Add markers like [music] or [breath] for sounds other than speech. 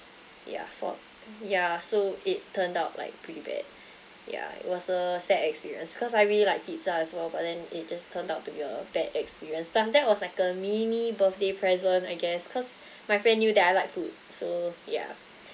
yeah for yeah so it turned out like pretty bad yeah it was a sad experience cause I really like pizza as well but then it just turned out to be a bad experience plus that was like a mini birthday present I guess cause my friend knew that I like food so yeah [breath]